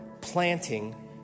planting